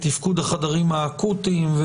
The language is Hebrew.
בתפקוד החדרים האקוטיים,